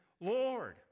Lord